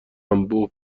انبوه